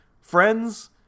Friends